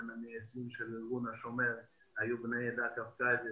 בין המייסדים של ארגון השומר היו בני העדה הקווקזית